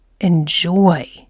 enjoy